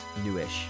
Newish